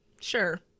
Sure